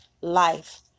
life